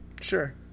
Sure